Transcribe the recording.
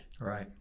Right